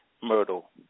myrtle